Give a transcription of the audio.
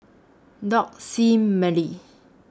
Doug Sie and Merri